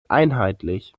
einheitlich